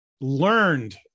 learned